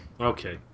Okay